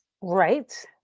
right